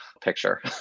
picture